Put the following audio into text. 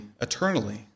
eternally